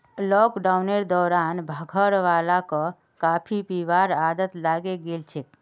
लॉकडाउनेर दौरान घरवालाक कॉफी पीबार आदत लागे गेल छेक